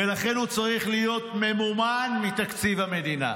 ולכן הוא צריך להיות ממומן מתקציב המדינה,